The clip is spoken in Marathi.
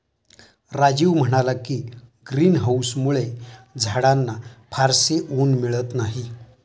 राजीव म्हणाला की, ग्रीन हाउसमुळे झाडांना फारसे ऊन मिळत नाही